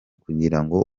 kugirango